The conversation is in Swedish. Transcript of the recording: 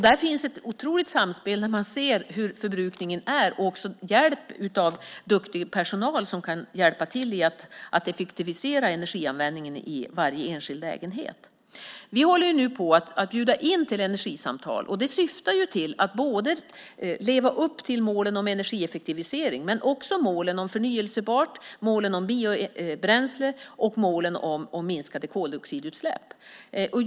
Där finns ett otroligt samspel när man ser hur förbrukningen ser ut och också får hjälp av duktig personal som kan hjälpa till med att effektivisera energianvändningen i varje enskild lägenhet. Vi håller nu på att bjuda in till energisamtal, och det syftar till att vi ska leva upp till målen om energieffektivisering men också målen om förnybart, målen om biobränsle och målen om minskade koldioxidutsläpp.